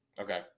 Okay